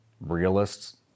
realists